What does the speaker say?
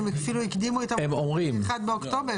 הם אפילו הקדימו את המועד ל-1 באוקטובר.